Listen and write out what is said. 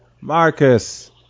marcus